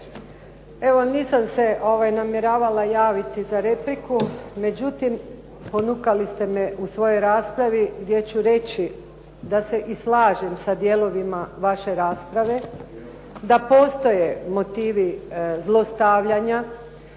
Evo, nisam se namjeravala javiti za repliku, međutim ponukali ste me u svojoj raspravi gdje ću reći da se i slažem sa dijelovima vaše rasprave da postoje motivi zlostavljanja,